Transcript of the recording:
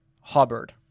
Hubbard